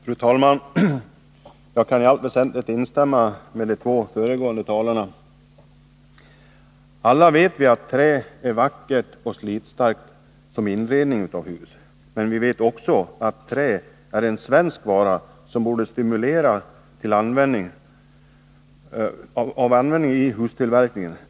Fru talman! Jag kan i allt väsentligt instämma med de två föregående talarna. Alla vet vi att trä är vackert och slitstarkt som inredning av hus. Men vi vet också att trä är en svensk vara vars användning i hustillverkning vi borde stimulera.